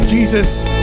Jesus